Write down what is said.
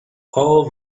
all